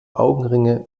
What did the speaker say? augenringe